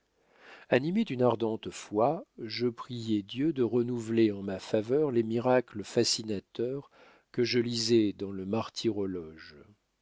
animé d'une ardente foi je priais dieu de renouveler en ma faveur les miracles fascinateurs que je lisais dans le martyrologe